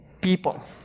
people